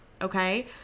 Okay